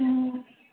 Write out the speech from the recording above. ம்